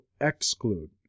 exclude